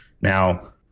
Now